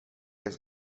jest